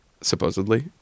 supposedly